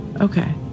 Okay